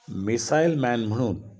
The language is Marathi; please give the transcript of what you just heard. मिसाईल मॅन म्हणून